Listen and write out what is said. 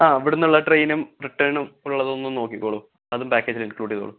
ആ ഇവിടെ നിന്നുള്ള ട്രെയിനും റിട്ടേണും ഉള്ളതൊന്ന് നോക്കിക്കോളു അതും പാക്കേജിൽ ഇൻക്ലൂഡ് ചെയ്തോളു